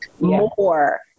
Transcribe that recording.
more